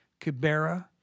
Kibera